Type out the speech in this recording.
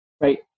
Right